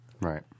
Right